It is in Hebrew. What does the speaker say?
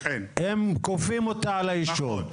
הם כופים אותה על היישוב.